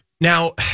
Now